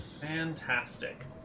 Fantastic